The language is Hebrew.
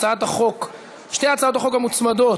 הצעת החוק, שתי הצעות החוק המוצמדות